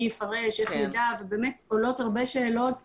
מי יפרש ואיך נדע ובאמת עולות הרבה שאלות מעשיות,